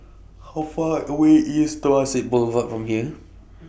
How Far away IS Temasek Boulevard from here